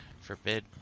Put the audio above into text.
forbid